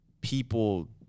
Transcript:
people